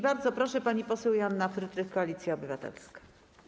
Bardzo proszę, pani poseł Joanna Frydrych, Koalicja Obywatelska.